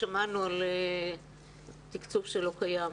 שמענו על תקצוב שלא קיים.